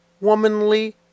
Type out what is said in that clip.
womanly